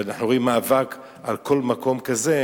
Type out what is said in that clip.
ואנחנו רואים מאבק על כל מקום כזה,